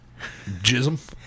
Jism